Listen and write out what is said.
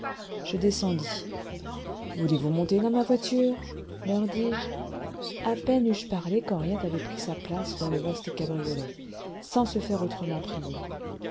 je descendis voulez-vous monter dans ma voiture leur dis-je à peine eus-je parlé qu'henriette avait pris sa place dans le vaste cabriolet sans se faire autrement prier